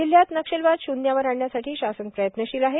जिल्ह्यात नक्षलवाद शून्यावर आणण्यासाठी शासन प्रयत्नशील आहे